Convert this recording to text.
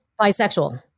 bisexual